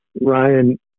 Ryan